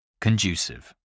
Conducive